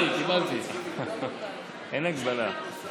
אין הגבלה.